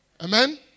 Amen